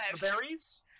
berries